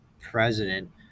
president